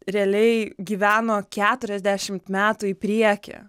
realiai gyveno keturiasdešimt metų į priekį